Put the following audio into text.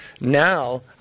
Now